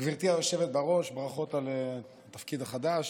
גברתי היושבת בראש, ברכות על התפקיד החדש.